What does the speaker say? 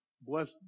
bless